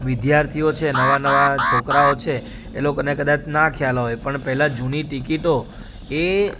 વિધાર્થીઓ છે નવા નવા છોકરાઓ છે એ લોકોને કદાચ ન ખ્યાલ હોય પણ પહેલાં જૂની ટિકિટો એ